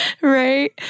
Right